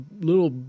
little